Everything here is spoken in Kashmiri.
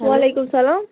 وَعلیکُم سَلام